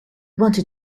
wanted